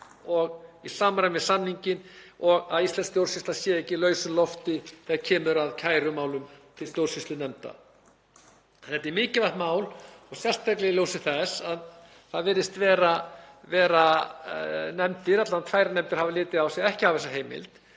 og í samræmi við samninginn þannig að íslensk stjórnsýsla sé ekki í lausu lofti þegar kemur að kærumálum til stjórnsýslunefnda. Þetta er mikilvægt mál, sérstaklega í ljósi þess að það virðist vera að nefndir, alla vega tvær nefndir, hafa talið sig ekki hafa þessa heimild